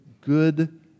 good